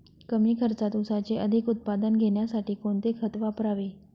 कमी खर्चात ऊसाचे अधिक उत्पादन घेण्यासाठी कोणते खत वापरावे?